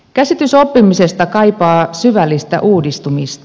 käsitys oppimisesta kaipaa syvällistä uudistumista